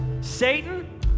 Satan